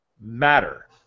matter